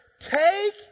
take